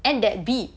and that bee